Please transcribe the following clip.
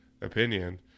opinion